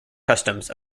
customs